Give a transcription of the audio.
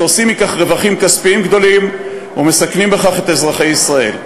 שעושים מכך רווחים כספיים גדולים ומסכנים בכך את אזרחי ישראל.